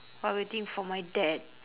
while waiting for my dad